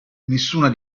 nessuna